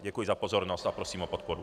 Děkuji za pozornost a prosím o podporu.